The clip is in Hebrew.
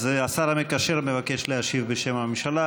אז השר המקשר מבקש להשיב בשם הממשלה.